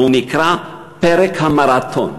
והוא נקרא: פרק המרתון.